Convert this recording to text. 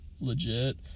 legit